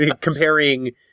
Comparing